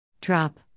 Drop